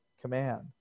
command